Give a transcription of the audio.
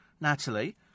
Natalie